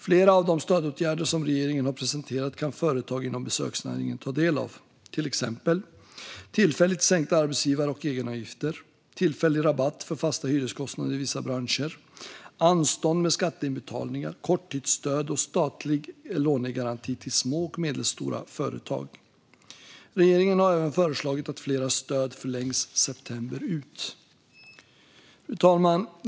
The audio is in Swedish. Flera av de stödåtgärder som regeringen har presenterat kan företag inom besöksnäringen ta del av, till exempel tillfälligt sänkta arbetsgivar och egenavgifter, tillfällig rabatt för fasta hyreskostnader i vissa branscher, anstånd med skatteinbetalningar, korttidsstöd och statlig lånegaranti till små och medelstora företag. Regeringen har även föreslagit att flera stöd förlängs september ut. Fru talman!